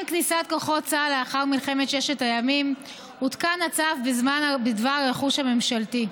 עם כניסת כוחות צה"ל לאחר מלחמת ששת הימים הותקן הצו בדבר רכוש ממשלתי.